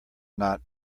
not